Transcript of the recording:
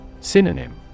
Synonym